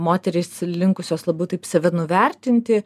moterys linkusios labiau taip save nuvertinti